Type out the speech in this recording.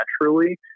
naturally